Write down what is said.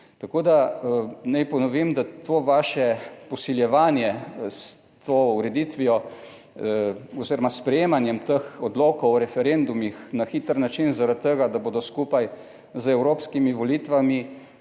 Tako da, naj ponovim, da to vaše posiljevanje s to ureditvijo oziroma s sprejemanjem teh odlokov o referendumih na hiter način, zaradi tega, da bodo skupaj z evropskimi volitvami,